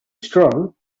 strong